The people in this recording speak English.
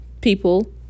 people